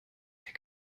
der